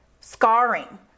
scarring